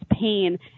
pain